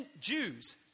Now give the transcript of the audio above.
Jews